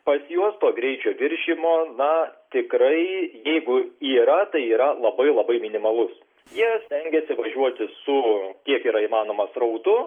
pas juos to greičio viršijimo na tikrai jeigu yra tai yra labai labai minimalus jie stengiasi važiuoti su kiek yra įmanoma srautu